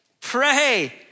Pray